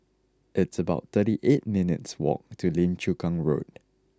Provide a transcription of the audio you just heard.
it's about thirty eight minutes' walk to Lim Chu Kang Road